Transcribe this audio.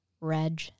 Reg